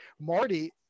Marty